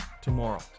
tomorrow